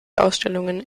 ausstellungen